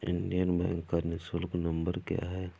Indian bank का निःशुल्क number क्या है?